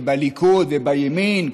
ובליכוד ובימין,